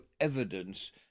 evidence